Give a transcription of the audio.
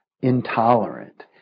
intolerant